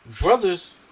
Brothers